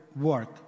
work